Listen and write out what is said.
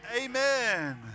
amen